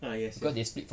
ah yes yes